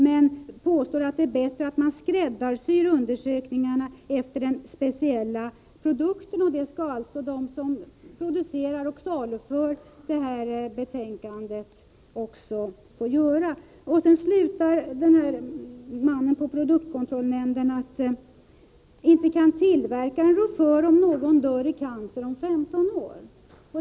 Men han påstår att det är bättre att man skräddarsyr undersökningarna efter den speciella produkten. Det skall alltså de som producerar och saluför produkten också få göra. Så slutar den här mannen på produktkontrollbyrån med att säga att inte kan tillverkaren rå för om någon dör i cancer om 15 år.